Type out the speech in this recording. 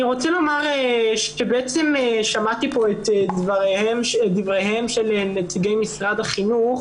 אני רוצה לומר ששמעתי כאן את דבריהם של נציגי משרד החינוך